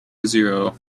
zero